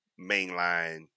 mainline